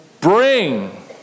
bring